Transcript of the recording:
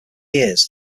years